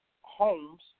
homes